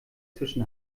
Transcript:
zwischen